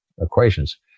equations